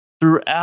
throughout